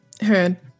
heard